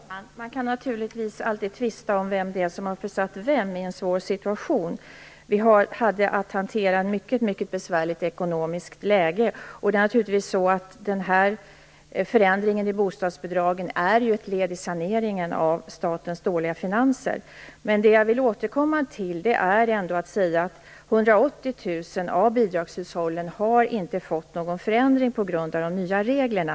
Herr talman! Man kan naturligtvis alltid tvista om vem som har försatt vem i en svår situation. Vi hade att hantera ett besvärligt ekonomiskt läge, och den här förändringen av bostadsbidragen är naturligtvis ett led i saneringen av statens dåliga finanser. Det jag vill återkomma till är att 180 000 av bidragshushållen inte har fått någon förändring på grund av de nya reglerna.